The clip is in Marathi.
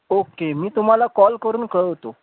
ओक्के मी तुम्हाला कॉल करून कळवतो